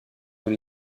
dans